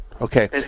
Okay